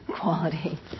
quality